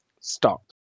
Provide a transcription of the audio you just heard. Stop